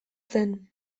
zen